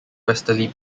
westerly